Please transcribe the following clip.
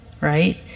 right